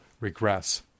regress